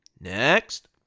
Next